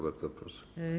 Bardzo proszę.